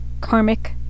karmic